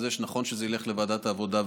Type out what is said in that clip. נכון שזה ילך לוועדת העבודה,